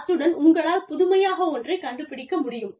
அத்துடன் உங்களால் புதுமையாக ஒன்றைக் கண்டுபிடிக்க முடியும்